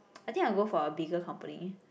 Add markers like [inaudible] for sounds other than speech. [noise] I think I'll go for a bigger company